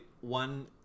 one